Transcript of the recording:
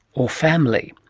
or family?